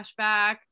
flashback